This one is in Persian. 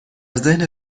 ذهن